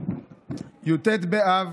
י"ט באב,